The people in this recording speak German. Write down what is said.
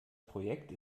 projekt